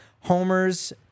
homers